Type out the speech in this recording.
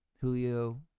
Julio